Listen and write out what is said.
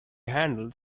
handle